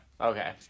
Okay